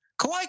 Kawhi